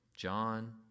John